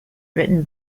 written